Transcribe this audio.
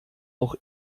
auch